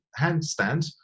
handstand